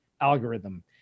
algorithm